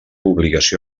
obligació